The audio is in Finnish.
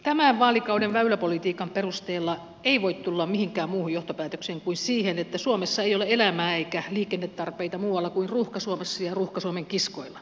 tämän vaalikauden väyläpolitiikan perusteella ei voi tulla mihinkään muuhun johtopäätökseen kuin siihen että suomessa ei ole elämää eikä liikennetarpeita muualla kuin ruuhka suomessa ja ruuhka suomen kiskoilla